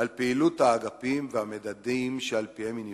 על פעילות האגפים והמדדים שעל-פיהם היא נבחנת,